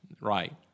Right